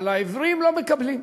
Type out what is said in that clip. אבל העיוורים לא מקבלים.